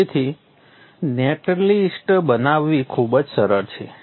તેથી net list બનાવવી ખૂબ સરળ છે